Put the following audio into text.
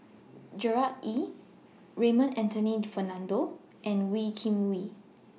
Gerard Ee Raymond Anthony Fernando and Wee Kim Wee